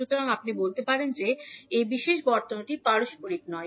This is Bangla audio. সুতরাং আপনি বলতে পারেন যে এই বিশেষ বর্তনীটি পারস্পরিক নয়